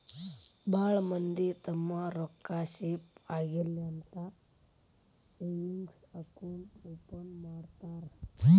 ಭಾಳ್ ಮಂದಿ ತಮ್ಮ್ ರೊಕ್ಕಾ ಸೇಫ್ ಆಗಿರ್ಲಿ ಅಂತ ಸೇವಿಂಗ್ಸ್ ಅಕೌಂಟ್ ಓಪನ್ ಮಾಡ್ತಾರಾ